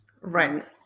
Right